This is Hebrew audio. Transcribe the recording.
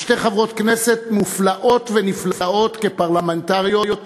ושתי חברות כנסת מופלאות ונפלאות כפרלמנטריות,